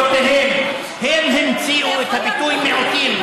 היא כל הזמן אומרת "מיעוטים",